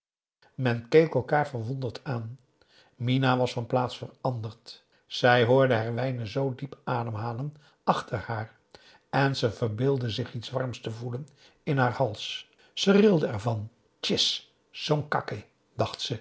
men keek elkaar verwonderd aan mina was van plaats veranderd zij hoorde herwijnen zoo diep ademhalen achter haar en ze verbeeldde zich iets warms te voelen in haar hals zij rilde ervan